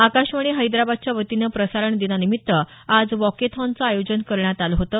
आकाशवाणी हैदराबादच्या वतीनं प्रसारण दिनानिमित्त आज वॉकेथॉनचं आयोजन करण्यात आलं होतं